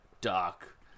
dark